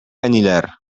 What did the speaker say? әниләр